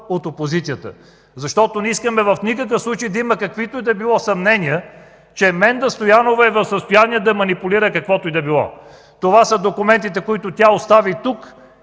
от опозицията, защото не искаме в никакъв случай да има каквито и да било съмнения, че Менда Стоянова е в състояние да манипулира каквото и да било. Това са документите, които тя остави тук,